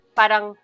parang